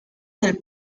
del